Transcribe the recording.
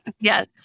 yes